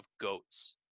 goats